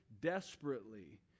desperately